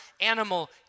animal